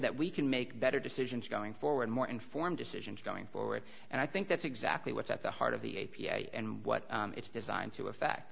that we can make better decisions going forward more informed decisions going forward and i think that's exactly what's at the heart of the a p a and what it's designed to affect